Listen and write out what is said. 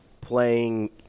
playing